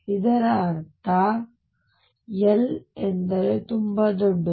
ಇದರ ಅರ್ಥ L ಎಂದರೆ ತುಂಬಾ ದೊಡ್ಡದು